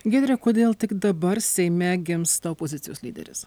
giedre kodėl tik dabar seime gimsta opozicijos lyderis